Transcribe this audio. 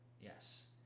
Yes